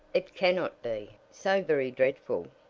it cannot be so very dreadful.